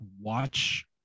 watch